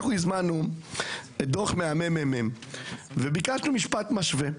אנחנו הזמנו דוח מהממ"מ וביקשנו משפט משווה.